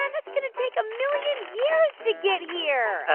and that's going to take a million years to get here.